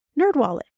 Nerdwallet